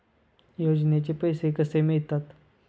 योजनेचे पैसे कसे मिळतात?